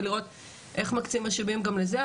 ולראות איך מקצים משאבים גם לזה.